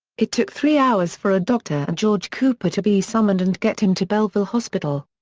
it took three hours for a doctor and george cooper to be summoned and get him to bellevue hospital.